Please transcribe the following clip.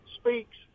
speaks